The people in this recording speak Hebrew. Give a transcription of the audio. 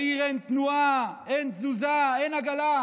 בעיר אין תנועה, אין תזוזה, אין עגלה.